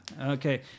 Okay